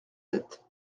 sept